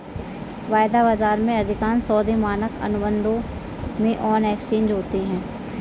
वायदा बाजार में, अधिकांश सौदे मानक अनुबंधों में ऑन एक्सचेंज होते हैं